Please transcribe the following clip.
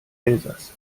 elsass